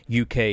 UK